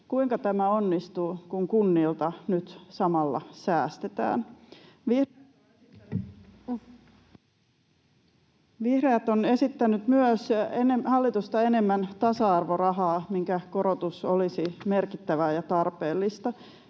Kuinka tämä onnistuu, kun kunnilta nyt samalla säästetään? Vihreät on esittänyt myös, ennen hallitusta, enemmän tasa-arvorahaa, minkä korotus olisi merkittävää ja tarpeellista.